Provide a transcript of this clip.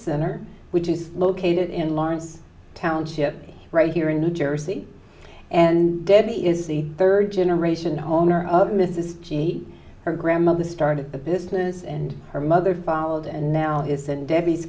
center which is located in lawrence township right here in new jersey and debbie is the third generation owner of mrs g her grandmother started a business and her mother vald and now is that debbie